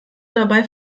dabei